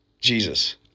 Jesus